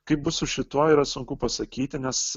kaip bus su šituo yra sunku pasakyti nes